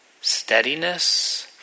steadiness